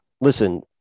Listen